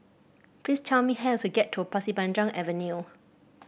please tell me how to get to Pasir Panjang Avenue